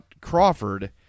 Crawford